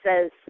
says